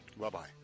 Bye-bye